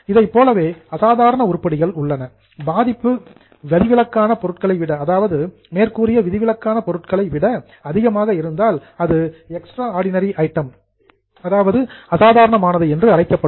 இதைப் போலவே அசாதாரண உருப்படிகள் உள்ளன பாதிப்பு விதிவிலக்கான பொருட்களை விட அதிகமாக இருந்தால் அது எக்ஸ்ட்ராடினரி ஐட்டம் அசாதாரணமானது என்று அழைக்கப்படும்